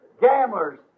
gamblers